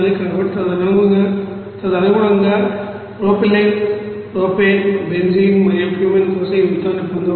కాబట్టి తదనుగుణంగా propylene propane benzene మరియు కుమెన్ కోసం ఈ మొత్తాన్ని పొందవచ్చు